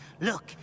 Look